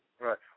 Right